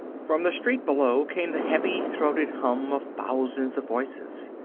from the street below came the heavy-throated hum of thousands of voices.